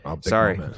Sorry